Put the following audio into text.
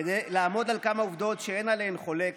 כדי לעמוד על כמה עובדות שאין עליהן חולק